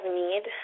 need